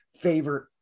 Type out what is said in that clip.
favorite